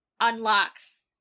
unlocks